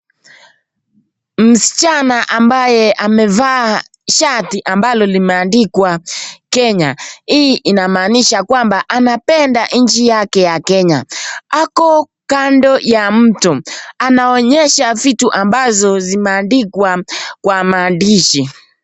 Msichana ambaye amevaa shati ambalo limeandikwa Kenya. Hii inamaanisha kwamba anapenda nchi yake ya Kenya. Ako kando ya mto. Anaonyesha vitu ambazo zimeandikwa kwa maandishi.